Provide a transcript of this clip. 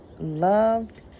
loved